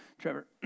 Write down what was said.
Trevor